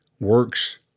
Works